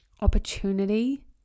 opportunity